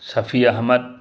ꯁꯐꯤ ꯑꯍꯃꯠ